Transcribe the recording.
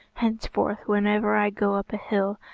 henceforth whenever i go up a hill,